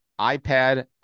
iPad